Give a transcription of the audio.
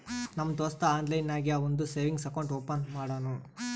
ನಮ್ ದೋಸ್ತ ಆನ್ಲೈನ್ ನಾಗೆ ಅವಂದು ಸೇವಿಂಗ್ಸ್ ಅಕೌಂಟ್ ಓಪನ್ ಮಾಡುನೂ